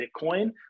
Bitcoin